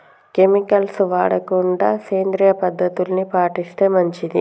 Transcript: chemicals వాడకుండా సేంద్రియ పద్ధతుల్ని పాటిస్తే మంచిది